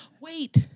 Wait